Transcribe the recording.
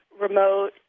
remote